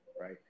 right